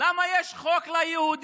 למה יש חוק ליהודים,